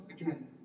again